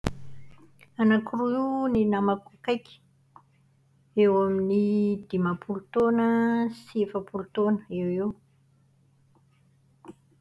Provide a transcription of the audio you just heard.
Anaky roa ny namako akaiky. Eo amin'ny dimampolo taona sy efapolo taona eo ho eo.